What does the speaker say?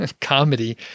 comedy